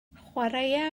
chwaraea